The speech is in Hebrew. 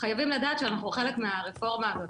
חייבים לדעת שאנחנו חלק מהרפורמה הזאת,